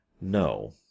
no